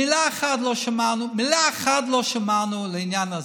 מילה אחת לא שמענו לעניין הזה.